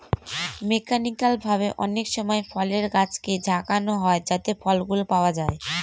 mechanical ভাবে অনেকসময় ফলের গাছকে ঝাঁকানো হয় যাতে ফলগুলো পাওয়া যায়